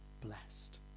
blessed